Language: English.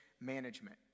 management